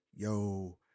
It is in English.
Yo